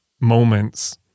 moments